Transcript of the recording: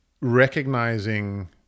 recognizing